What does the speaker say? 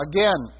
Again